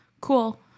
cool